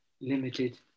limited